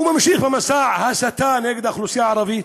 וממשיך במסע ההסתה נגד האוכלוסייה הערבית,